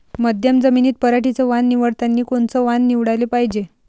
मध्यम जमीनीत पराटीचं वान निवडतानी कोनचं वान निवडाले पायजे?